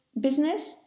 business